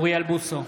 אוריאל בוסו,